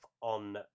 on